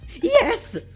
Yes